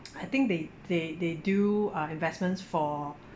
I think they they they do uh investments for